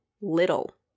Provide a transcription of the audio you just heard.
little